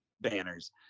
banners